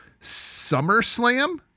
SummerSlam